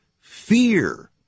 Fear